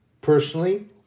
personally